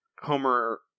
Homer